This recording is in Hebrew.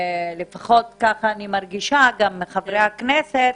לפחות ככה אני מרגישה, גם חברי הוועדה,